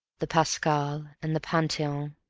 the pascal and the pantheon,